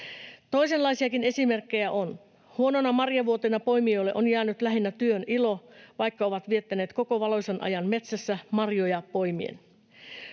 Toisenlaisiakin esimerkkejä on. Huonona marjavuotena poimijoille on jäänyt lähinnä työnilo, vaikka ovat viettäneet koko valoisan ajan metsässä marjoja poimien.